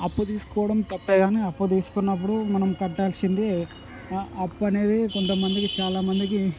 అప్పు తీసుకోవడం తప్పే కానీ అప్పు తీసుకున్నప్పుడు మనం కట్టాల్సింది అప్పు అనేది కొంత మందికి చాలా మందికి